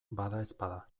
badaezpada